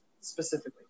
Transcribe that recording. specifically